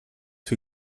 für